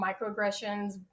microaggressions